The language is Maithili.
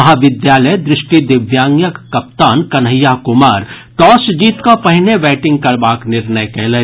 महाविद्यालय दृष्टि दिव्यांगक कप्तान कन्हैया कुमार टॉस जीत कऽ पहिने बैंटिंग करबाक निर्णय कयलनि